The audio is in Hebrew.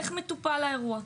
איך מטופל האירוע.